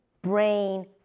brain